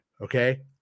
Okay